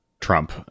Trump